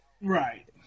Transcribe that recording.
Right